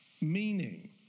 Meaning